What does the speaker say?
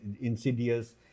insidious